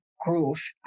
growth